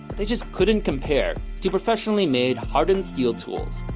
they just couldn't compare to professionally made hardened steel tools